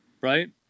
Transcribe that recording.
right